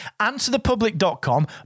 AnswerThePublic.com